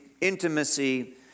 intimacy